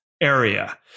area